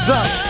up